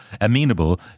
amenable